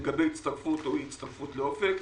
לגבי הצטרפות או אי הצטרפות לאופק חדש.